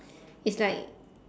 it's like